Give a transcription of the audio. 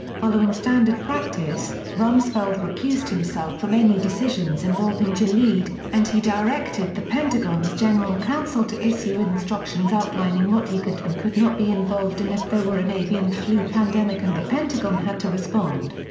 following standard practice, rumsfeld recused himself from any decisions involving gilead, and he directed the pentagon's general counsel to issue instructions outlining what he could and could not be involved in if there were an avian flu pandemic and the pentagon had to respond.